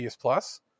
Plus